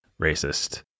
racist